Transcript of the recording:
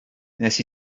nes